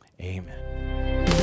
Amen